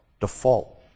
default